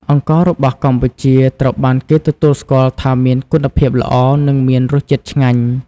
អង្កររបស់កម្ពុជាត្រូវបានគេទទួលស្គាល់ថាមានគុណភាពល្អ និងមានរសជាតិឆ្ងាញ់។